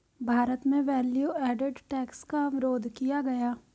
भारत में value added tax का विरोध किया गया